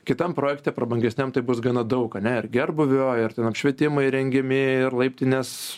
kitam projekte prabangesniam tai bus gana daug ane ir gerbūvių ir ten apšvietimai įrengiami laiptinės